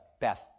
Beth